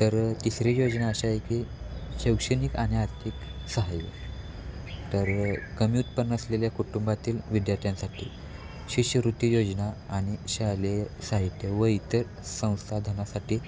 तर तिसरी योजना अशा आहे की शैक्षणिक आणि आर्थिक सहाय्य तर कमी उत्पन्न असलेल्या कुटुंबातील विद्यार्थ्यांसाठी शिष्यवृत्ती योजना आणि शालेय साहित्य व इतर संसाधनासाठी